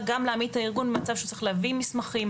גם להעמיד את הארגון במצב שהוא צריך להביא מסמכים.